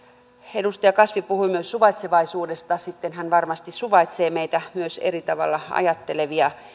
edustaja kasvi puhui myös suvaitsevaisuudesta sitten hän varmasti suvaitsee myös meitä eri tavalla ajattelevia